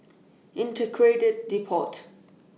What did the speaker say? Integrated Depot